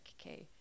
okay